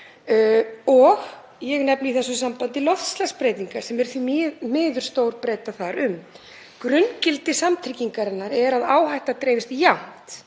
og ég nefni í þessu sambandi loftslagsbreytingar sem eru því miður stór breyta þar um. Grunngildi samtryggingar er að áhættan dreifist með